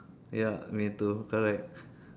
ya me too I like